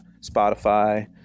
Spotify